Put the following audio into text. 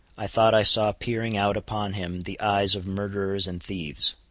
i thought i saw peering out upon him the eyes of murderers and thieves.